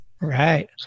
right